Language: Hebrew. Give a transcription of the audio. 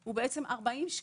הוא בעצם 40 שקלים,